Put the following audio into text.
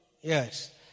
Yes